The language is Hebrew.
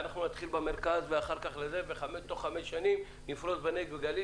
ואנחנו נתחיל במרכז ותוך חמש שנים נפרוס בנגב ובגליל